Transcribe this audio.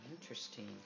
interesting